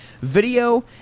video